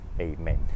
Amen